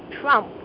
Trump